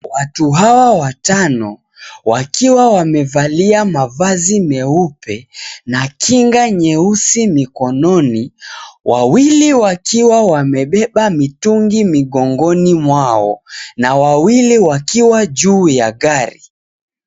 Watu hawa watano wakiwa wamevalia mavazi meupe na kinga nyeusi mikononi, wawili wakiwa wamebeba mitungi migongoni mwao na wawili wakiwa juu ya gari.